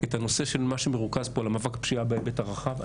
את הנושא של מה שמרוכז פה על מאבק הפשיעה בהיבט הרחב.